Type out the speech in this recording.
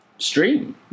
Stream